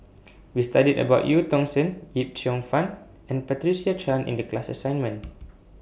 We studied about EU Tong Sen Yip Cheong Fun and Patricia Chan in The class assignment